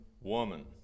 woman